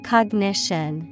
Cognition